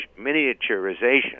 miniaturization